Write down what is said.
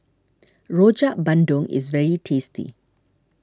Rojak Bandung is very tasty